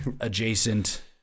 adjacent